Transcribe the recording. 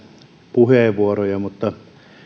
puheenvuoroja mutta